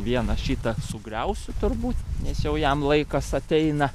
vieną šitą sugriausiu turbūt nes jau jam laikas ateina